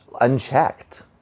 unchecked